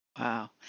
Wow